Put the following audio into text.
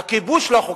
הטרור חוקי?